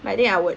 but then I would